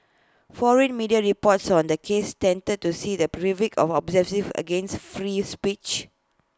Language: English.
foreign media reports on the case tended to see the as oppressive against free speech